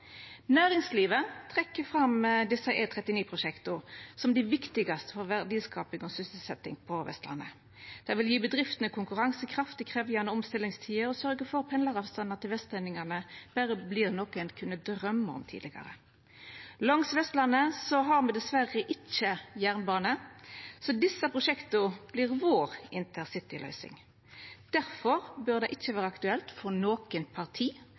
Næringslivet trekkjer fram desse E39-prosjekta som dei viktigaste for verdiskaping og sysselsetjing på Vestlandet. Det vil gje bedriftene konkurransekraft i krevjande omstillingstider og sørgja for pendleavstandar vestlendingane berre kunne drøyma om tidlegare. Langs Vestlandet har me dessverre ikkje jernbane, så desse prosjekta vert vår intercityløysing. Difor bør det ikkje vera aktuelt for noko parti